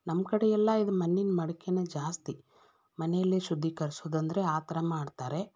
ನಮ್ಮ ಕಡೆ ಎಲ್ಲ ಇದು ಮಣ್ಣಿನ ಮಡಿಕೆನೆ ಜಾಸ್ತಿ ಮನೆಯಲ್ಲೇ ಶುದ್ದೀಕರಿಸೋದು ಅಂದರೆ ಆ ಥರ ಮಾಡ್ತಾರೆ